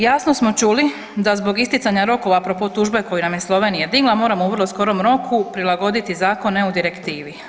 Jasno smo čuli da zbog isticanja rokova apropo tužbe koju nam je Slovenija digla, moramo u vrlo skorom roku prilagoditi Zakon EU Direktivi.